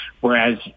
whereas